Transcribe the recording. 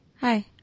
Hi